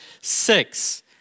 six